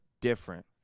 different